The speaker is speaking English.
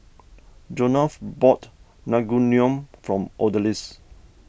Jonah bought Naengmyeon for Odalys